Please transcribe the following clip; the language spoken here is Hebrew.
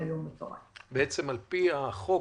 על פי החוק,